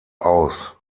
aus